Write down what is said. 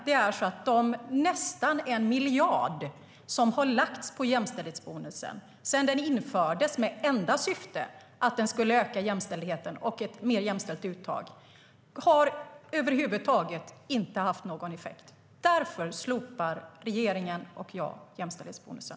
Den nästan 1 miljard som har lagts på jämställdhetsbonusen sedan den infördes, med enda syfte att den skulle öka jämställdheten och ett mer jämställt uttag, har över huvud taget inte haft någon effekt. Därför slopar regeringen och jag jämställdhetsbonusen.